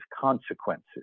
consequences